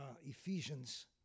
Ephesians